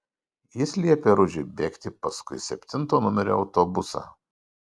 jis liepė rudžiui bėgti paskui septinto numerio autobusą